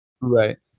Right